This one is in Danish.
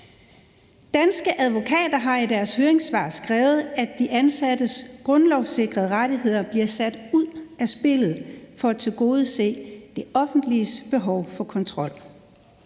Danske Advokater har i deres høringssvar skrevet, at de ansattes grundlovssikrede rettigheder bliver sat ud af spillet for at tilgodese det offentliges behov for kontrol.